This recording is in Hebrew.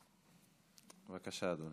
בבקשה, אדוני.